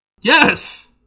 Yes